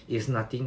is nothing